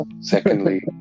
secondly